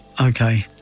okay